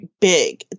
big